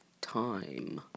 time